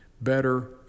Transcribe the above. better